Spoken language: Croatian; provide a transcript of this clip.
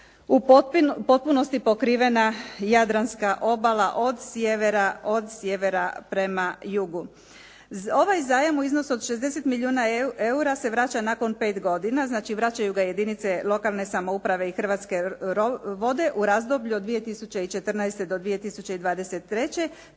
u potpunosti pokrivena Jadranska obala od sjevera prema jugu. Ovaj zajam u iznosu od 60 milijuna eura se vraća nakon 5 godine, znači vraćaju ga jedinice lokalne samouprave i Hrvatske vode u razdoblju od 2014. do 2023.